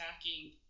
attacking